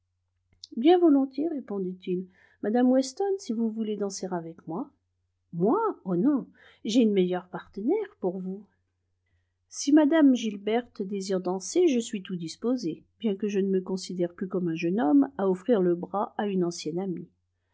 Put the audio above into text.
bien volontiers répondit-il madame weston si vous voulez danser avec moi moi oh non j'ai une meilleure partenaire pour vous si mme gilberte désire danser je suis tout disposé bien que je ne me considère plus comme un jeune homme à offrir le bras à une ancienne amie